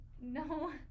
No